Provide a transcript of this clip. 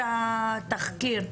התחקיר.